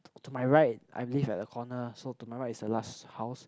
to my right I live at the corner so to my right is the last house